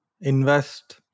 invest